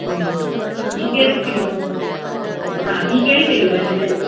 ॿीं कहिड़ी कहिड़ी भाॼियूं हा ॿीं कहिड़ी कहिड़ी भाॼियूं आहिनि